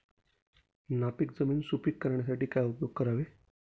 नापीक जमीन सुपीक करण्यासाठी काय उपयोग करावे?